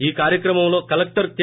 ఈ కార్యక్రమంలో collector K